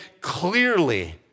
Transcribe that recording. clearly